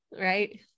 right